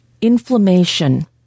Inflammation